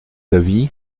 avit